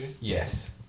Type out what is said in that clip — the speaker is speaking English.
Yes